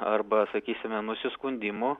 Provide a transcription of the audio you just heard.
arba sakysime nusiskundimų